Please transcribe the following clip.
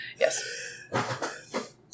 Yes